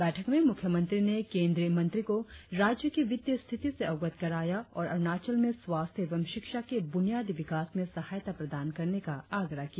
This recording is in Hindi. बैठक में मुख्यमंत्री ने केंद्रीय मंत्री को राज्य की वित्तीय स्थिति से अवगत कराया और अरुणाचल में स्वास्थ्य एवं शिक्षा की ब्रुनियादी विकास में सहायता प्रदान करने का आग्रह किया